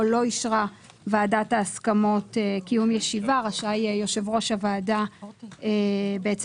לא אישרה ועדת ההסכמות קיום ישיבה רשאי יושב-ראש הוועדה לפנות